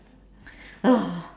ugh